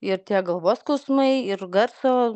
ir tie galvos skausmai ir garso